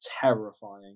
terrifying